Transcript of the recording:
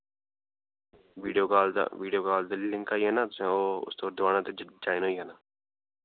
video call दा link आना त् तुसें ओह् दबाना ते ज्वाईन होई जाना